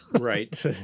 right